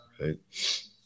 right